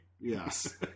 Yes